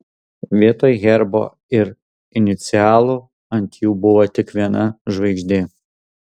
vietoj herbo ir inicialų ant jų buvo tik viena žvaigždė